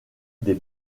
des